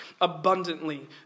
abundantly